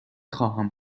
خواهم